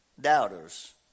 Doubters